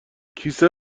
کیسه